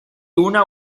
una